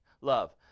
love